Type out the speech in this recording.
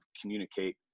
communicate